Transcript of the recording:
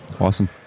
Awesome